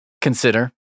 Consider